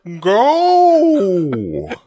go